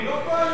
לא קואליציוניים.